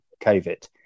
COVID